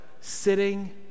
sitting